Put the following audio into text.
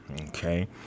Okay